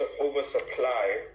oversupply